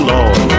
Lord